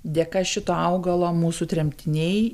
dėka šito augalo mūsų tremtiniai